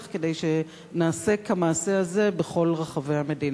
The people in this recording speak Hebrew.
כדי שנעשה את המעשה הזה בכל רחבי המדינה.